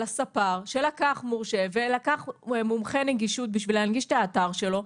על הספר שלקח מורשה ולקח מומחה נגישות בשביל להנגיש את האתר שלו,